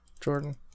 Jordan